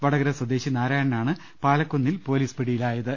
വടകര സ്പദേശി നാരായണ നാണ് പാലക്കുന്നിൽ പൊലീസ് പിടിയിലായത്